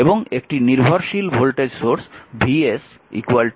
এবং একটি নির্ভরশীল ভোল্টেজ সোর্স Vs 4is